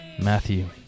Matthew